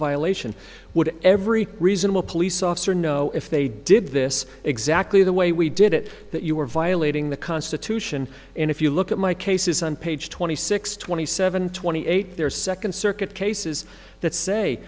violation would every reasonable police officer know if they did this exactly the way we did it that you were violating the constitution and if you look at my cases on page twenty six twenty seven twenty eight there is second circuit cases that say